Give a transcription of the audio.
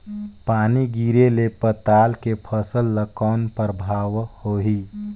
पानी गिरे ले पताल के फसल ल कौन प्रभाव होही?